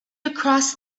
across